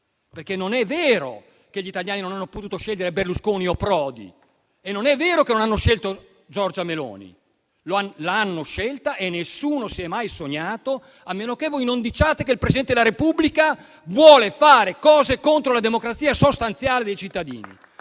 perché non è vero che gli italiani non hanno potuto scegliere Berlusconi o Prodi, e non è vero che non hanno scelto Giorgia Meloni; l'hanno scelta. A meno che voi non diciate che il Presidente della Repubblica vuole fare cose contro la democrazia sostanziale dei cittadini.